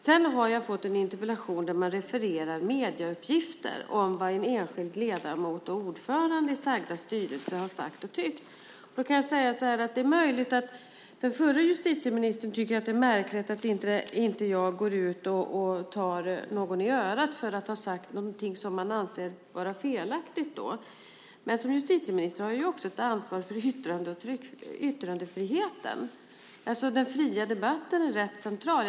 Jag har fått en interpellation där man refererar medieuppgifter om vad en enskild ledamot och ordförande i sagda styrelse har sagt och tyckt. Då kan jag säga så här: Den förre justitieministern tycker att det är märkligt att jag inte går ut och tar den i örat som sagt någonting som anses vara felaktigt. Men som justitieminister har jag också ett ansvar för yttrandefriheten. Den fria debatten är rätt central.